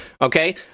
Okay